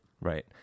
right